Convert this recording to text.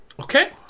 Okay